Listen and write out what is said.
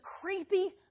creepy